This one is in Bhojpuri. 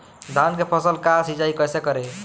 धान के फसल का सिंचाई कैसे करे?